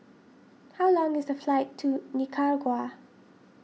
how long is the flight to Nicaragua